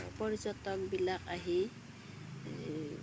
পৰ্যটকবিলাক আহি